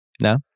No